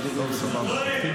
טוב, סבבה.